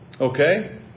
Okay